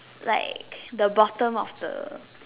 like the bottom of the